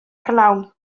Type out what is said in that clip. prynhawn